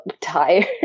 tired